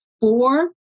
four